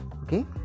okay